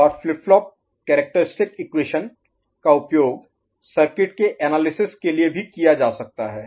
और flip flop characteristic equation का उपयोग सर्किट के एनालिसिस के लिए भी किया जा सकता है